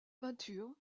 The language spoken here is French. peintures